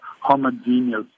homogeneous